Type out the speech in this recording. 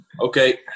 Okay